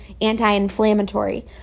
anti-inflammatory